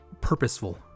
purposeful